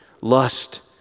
Lust